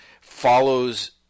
follows